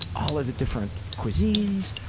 all of the different cuisines,